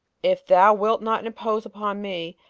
if thou wilt not impose upon me,